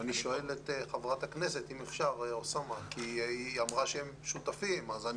אני שואל את חברת הכנסת כי היא אמרה שהם שותפים ואני